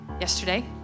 yesterday